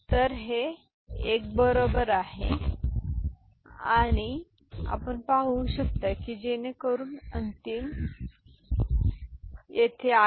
तर हे 1 बरोबर आहे आणि हे आपण पाहू शकता की जेणेकरून अंतिम काढले जाणे अंतिम आहे